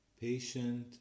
patient